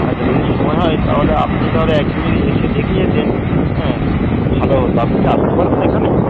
আচ্ছা যদি সময় হয় তাহলে আপনি তাহলে একদিন যদি এসে দেখে যেতেন হ্যাঁ খুব ভালো হতো আপনি কি আসতে পারবেন এখানে